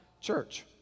church